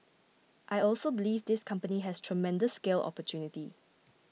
I also believe this company has tremendous scale opportunity